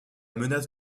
menace